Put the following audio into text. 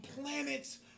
planets